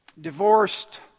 divorced